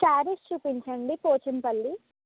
శారీస్ చూపించండి పోచంపల్లి